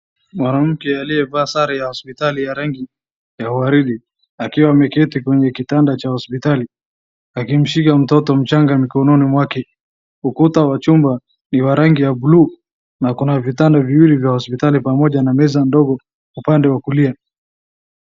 Mwanamke aliyevaa sare ya hospitali ya rangi ya waridi akiwa ameketi katika kitanda cha hospitali akimshika mtoto mchanga mkononi mwake. Ukuta wa chumba ni wa rangi ya blue . Na kuna vitanda viwili vya hospitali pamoja na meza ndogo upande wa kulia.